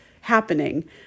happening